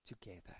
together